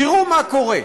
תראו מה קורה: